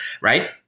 right –